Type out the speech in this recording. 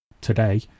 today